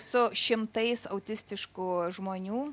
su šimtais autistiškų žmonių